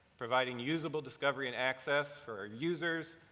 providing usable discovery and access for users,